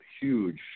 huge